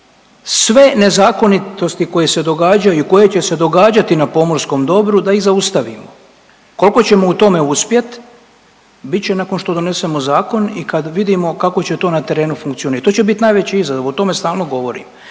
se događaju i koje će se događati na pomorskom dobru da ih zaustavimo. Kolko ćemo u tome uspjet, bit će nakon što donesemo zakon i kad vidimo kako će to na terenu funkcionirati. To će bit najveći izazov o tome stalno govorimo